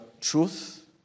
truth